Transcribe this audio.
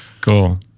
cool